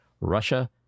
Russia